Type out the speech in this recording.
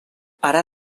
ara